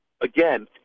again